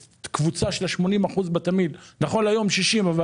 את הקבוצה של ה-80 אחוזים בתמהיל - נכון להיום 60 אחוזים